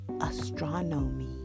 Astronomy